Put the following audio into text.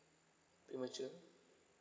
premature